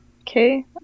Okay